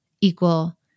equal